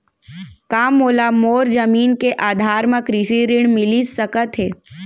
का मोला मोर जमीन के आधार म कृषि ऋण मिलिस सकत हे?